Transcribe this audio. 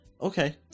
Okay